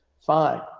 fine